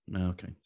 Okay